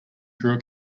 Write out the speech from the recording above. through